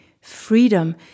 freedom